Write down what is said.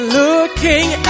looking